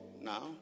now